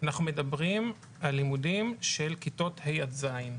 אנחנו מדברים על לימודים של כיתות ה' עד ז'.